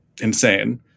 Insane